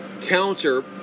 counter